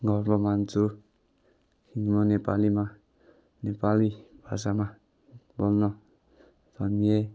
गर्व मान्छु म नेपालीमा नेपाली भाषामा बोल्न भनिए